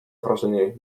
wrażenie